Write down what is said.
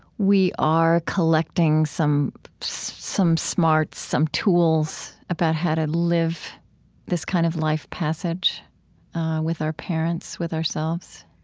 we are collecting some some smarts, some tools, about how to live this kind of life passage with our parents, with ourselves?